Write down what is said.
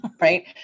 right